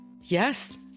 Yes